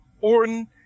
Orton